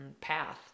path